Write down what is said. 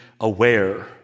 aware